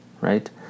Right